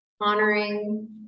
Honoring